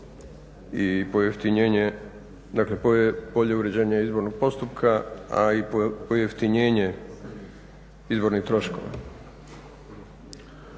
i pojeftinjenje, dakle bolje uređenje izbornog postupka, a i pojeftinjenje izbornih troškova.